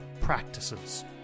practices